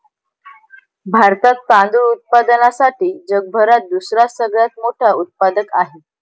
भारतात तांदूळ उत्पादनासाठी जगभरात दुसरा सगळ्यात मोठा उत्पादक आहे